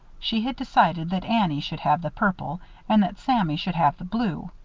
she had decided that annie should have the purple and that sammy should have the blue.